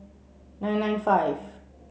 nine nine five